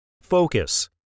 Focus